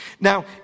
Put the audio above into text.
Now